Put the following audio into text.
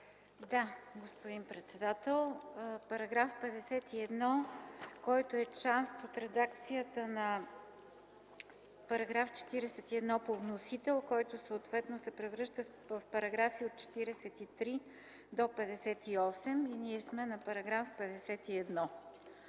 Да, господин председател. Параграф 51 е част от редакцията на § 41 по вносител, който съответно се превръща в параграфи от 43 до 58. Ние сме на § 51.